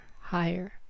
higher